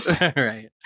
right